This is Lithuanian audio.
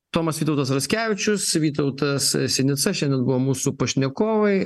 tomas vytautas raskevičius vytautas sinica šiandien buvo mūsų pašnekovai